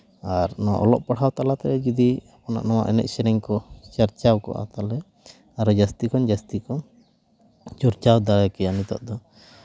ᱟᱨ ᱱᱚᱣᱟ ᱚᱞᱚᱜ ᱯᱟᱲᱦᱟᱣ ᱛᱟᱞᱟᱛᱮ ᱡᱩᱫᱤ ᱚᱱᱮ ᱚᱱᱟ ᱮᱱᱮᱡ ᱥᱮᱨᱮᱧ ᱠᱚ ᱪᱟᱨᱪᱟᱣ ᱠᱚᱜᱼᱟ ᱛᱟᱦᱚᱞᱮ ᱟᱨᱚ ᱡᱟᱹᱥᱛᱤ ᱠᱷᱚᱱ ᱡᱟᱹᱥᱛᱤ ᱠᱚ ᱪᱚᱨᱪᱟᱣ ᱫᱟᱲᱮ ᱠᱮᱭᱟ ᱱᱤᱛᱚᱜ ᱫᱚ